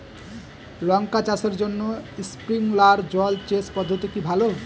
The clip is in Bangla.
লঙ্কা চাষের জন্য স্প্রিংলার জল সেচ পদ্ধতি কি ভালো?